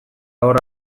hor